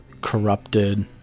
corrupted